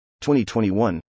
2021